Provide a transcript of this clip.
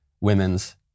women's